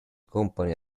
company